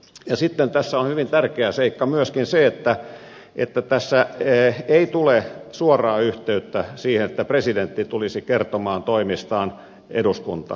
sitten tässä on hyvin tärkeä seikka myöskin se että tässä ei tule suoraa yhteyttä siihen että presidentti tulisi kertomaan toimistaan eduskuntaan